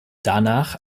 danach